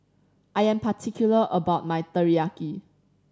I am particular about my Teriyaki